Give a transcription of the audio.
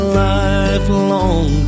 lifelong